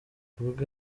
ubwe